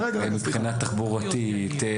--- בן אדם, אין לו איך להגיע מבחינה תחבורתית.